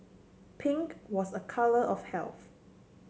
pink was a colour of health